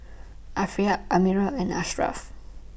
Arifa Ammir and Ashraff